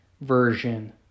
version